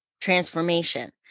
transformation